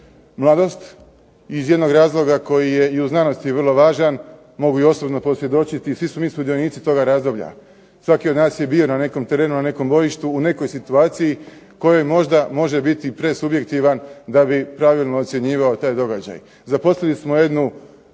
mladost iz jednog razloga koji je i u znanosti vrlo važan, mogu i osobno posvjedočiti, svi smo mi sudionici toga razdoblja. Svaki od nas je bio na nekom terenu, na nekom bojištu, u nekoj situaciji kojoj možda može biti presubjektivan da bi pravilno ocjenjivao taj događaj. Zaposlili smo jednu